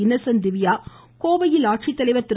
Innocent Divya கோவையில் ஆட்சித்தலைவர் திரு